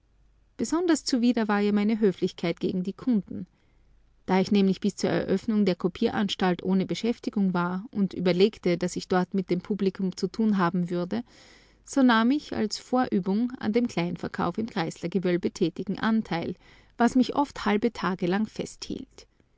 besonders zuwider war ihr meine höflichkeit gegen die kunden da ich nämlich bis zur eröffnung der kopieranstalt ohne beschäftigung war und überlegte daß ich dort mit dem publikum zu tun haben würde so nahm ich als vorübung an dem kleinverkauf im grieslergewölbe tätigen anteil was mich oft halbe tage lang festhielt